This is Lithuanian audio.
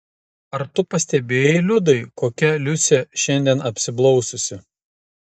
ar tu pastebėjai liudai kokia liucė šiandien apsiblaususi